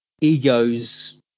Egos